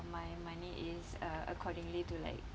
my money is uh accordingly to like